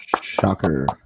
shocker